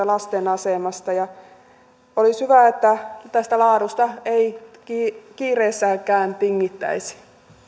lasten asemasta ei ole tehty olisi hyvä että laadusta ei kiireessäkään tingittäisi